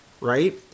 right